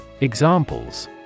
Examples